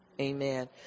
Amen